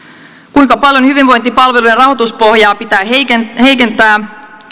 kuinka paljon hyvinvointipalvelujen rahoituspohjaa pitää heikentää heikentää